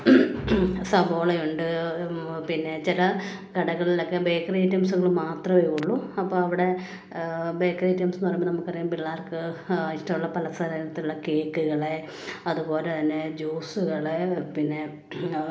സവോളയുണ്ട് പിന്നെ ചില കടകളിലൊക്കെ ബേക്കറി ഐറ്റംസുകൾ മാത്രമേ ഉള്ളൂ അപ്പോൾ അവിടെ ബേക്കറി ഐറ്റംസെന്ന് പറയുമ്പോൾ നമുക്കറിയാം പിള്ളാർക്ക് ഇഷ്ടമുള്ള പല തരത്തിലുള്ള കേക്കുകൾ അതുപോലെത്തന്നെ ജ്യൂസുകൾ പിന്നെ